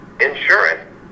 insurance